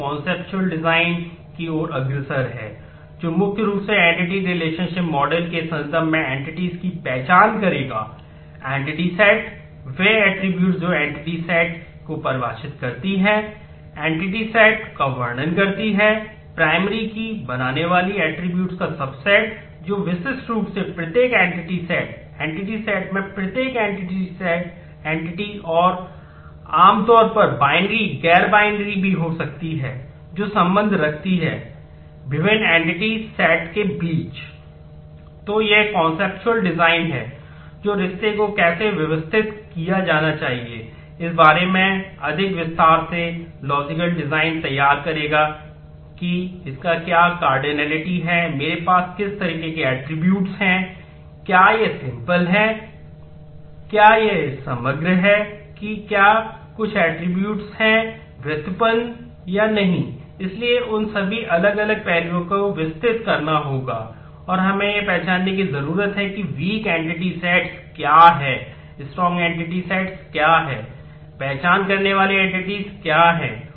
तो यह conceptual design के संदर्भ में इसे व्यक्त करने की आवश्यकता है